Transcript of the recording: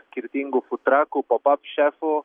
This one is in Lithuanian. skirtingų futraku pabapšekų